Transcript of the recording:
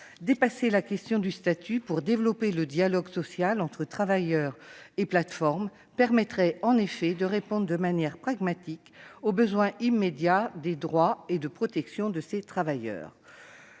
Dépasser la question du statut pour développer le dialogue social entre travailleurs et plateformes permettrait, en effet, de répondre de manière pragmatique au besoin immédiat de protection sociale de ces travailleurs.